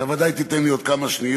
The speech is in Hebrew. אתה ודאי תיתן לי עוד כמה שניות.